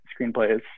screenplays